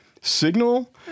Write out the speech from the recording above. signal